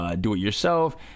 Do-It-Yourself